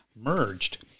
merged